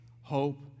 hope